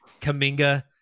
Kaminga